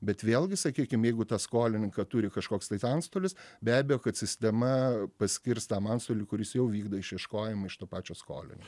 bet vėlgi sakykim jeigu tą skolininką turi kažkoks tai antstolis be abejo kad sistema paskirs tam antstoliui kuris jau vykdo išieškojimą iš to pačio skolinio